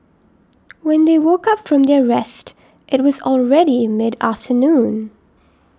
when they woke up from their rest it was already in mid afternoon